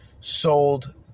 sold